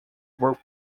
were